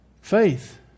Faith